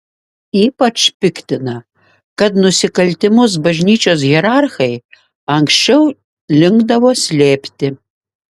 ypač piktina kad nusikaltimus bažnyčios hierarchai anksčiau linkdavo slėpti